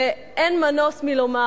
ואין מנוס מלומר,